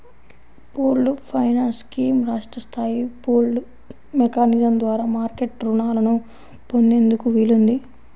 pooled finance scheme రాష్ట్ర స్థాయి pooled mechanism ద్వారా మార్కెట్ రుణాలను పొందేందుకు వీలుంది